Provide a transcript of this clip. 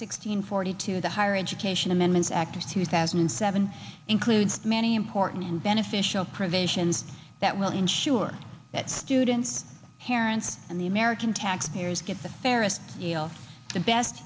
sixteen forty two the higher education amendments act of two thousand and seven includes many important and beneficial provisions that will ensure that students parents and the american taxpayers get the fairest yale's the best